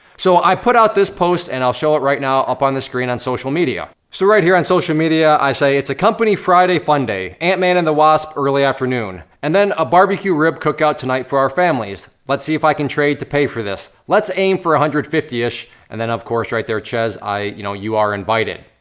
so i put out this post, and i'll show it right now, up on the screen, on social media. so right here on social media, i say, it's a company friday fun day. and man and the wasp early afternoon, and then a barbecue rib cookout tonight for our families. let's see if i can trade to pay for this. let's aim for a hundred fifty-ish, and then, of course, right there, chezz, i, you know, you are invited.